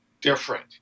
different